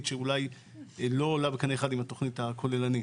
שאולי לא עולה בקנה אחד עם התוכנית הכוללנית.